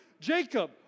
Jacob